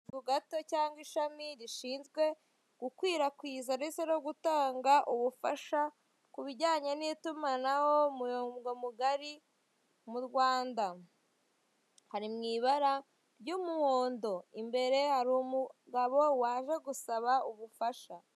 Akazu gato cyangwa ishami rishinzwe gukwirakwiza ndetse no gutanga ubufasha ku bijyanye n'itumanaho, umurongo mugari mu Rwanda. Kari mu ibara ry'umuhondo. Imbere hari umugabo waje gusaba ubufasha.